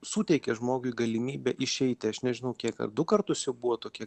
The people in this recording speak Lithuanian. suteikė žmogui galimybę išeiti aš nežinau kiek ar du kartus jau buvo tokie